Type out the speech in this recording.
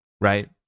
right